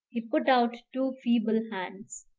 he put out two feeble hands.